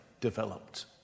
developed